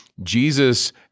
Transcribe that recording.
Jesus